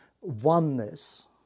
oneness